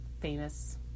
famous